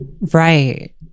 Right